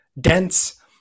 dense